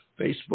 facebook